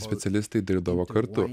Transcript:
specialistai dirbdavo kartu